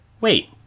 Wait